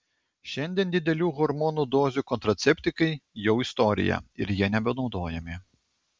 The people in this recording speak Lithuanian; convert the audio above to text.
šiandien didelių hormonų dozių kontraceptikai jau istorija ir jie nebenaudojami